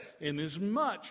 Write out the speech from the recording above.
Inasmuch